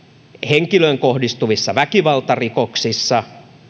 henkilöön kohdistuvissa väkivaltarikoksissa